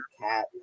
Cat